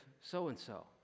so-and-so